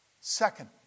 Second